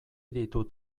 ditut